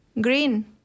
Green